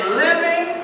living